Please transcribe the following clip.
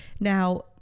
Now